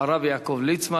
הרב יעקב ליצמן.